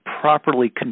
properly